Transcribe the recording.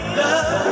love